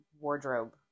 wardrobe